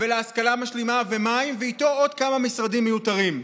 ולהשכלה משלימה ומים ואיתו עוד כמה משרדים מיותרים.